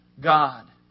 God